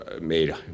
made